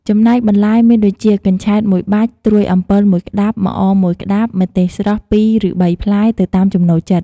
ចំណែកបន្លែមានដូចជា កញ្ឆែត ១ បាច់ ត្រួយអំពិល ១ ក្តាប់ ម្អម ១ ក្តាប់ ម្ទេសស្រស់ ២ឬ៣ ផ្លែ ទៅតាមចំណូលចិត្ត។